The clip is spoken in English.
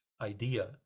idea